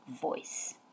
voice